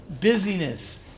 busyness